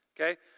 Okay